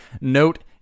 note